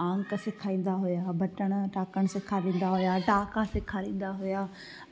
आंक सिखाईंदा हुआ बटन टाकणु सेखारींदा हुआ टाका सेखारींदा हुआ